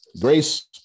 Grace